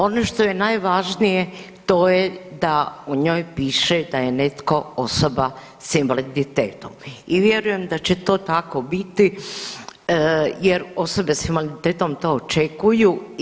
Ono što je najvažnije to je da u njoj piše da je netko osoba s invaliditetom i vjerujem da će to tako biti jer osobe s invaliditetom to očekujem.